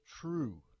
true